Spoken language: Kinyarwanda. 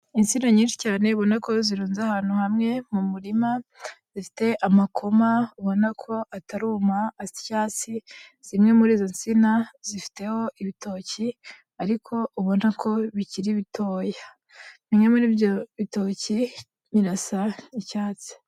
Insina nyinshi cyane ubona ko zirunze ahantu hamwe mu murima, zifite amakoma ubona ko ataruma asa icyatsi, zimwe muri izo nsina zifiteho ibitoki ariko ubona ko bikiri bitoya. Bimwe muri ibyo bitoki birasa icyatsi.